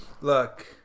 look